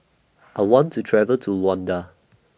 I want to travel to Luanda